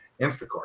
Instacart